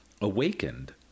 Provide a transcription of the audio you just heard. awakened